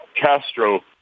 Castro